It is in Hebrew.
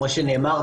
כמו שנאמר,